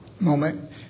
moment